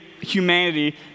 humanity